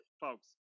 folks